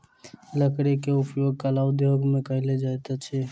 लकड़ी के उपयोग कला उद्योग में कयल जाइत अछि